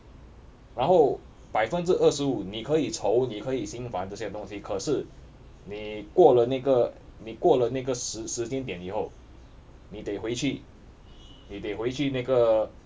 然后百分之二十五你可以愁你可以心烦这些东西可是你过了那个你过了那个时时间点以后你得回去你得回去那个